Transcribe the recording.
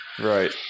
right